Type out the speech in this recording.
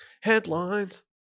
Headlines